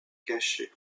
caché